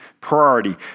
priority